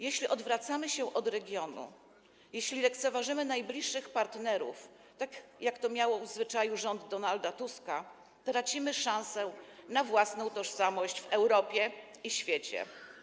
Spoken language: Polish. Jeśli odwracamy się od regionu, jeśli lekceważymy najbliższych partnerów, tak jak to miał w zwyczaju rząd Donalda Tuska, [[Poruszenie na sali]] tracimy szansę na własną tożsamość w Europie i świecie.